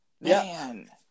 Man